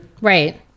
Right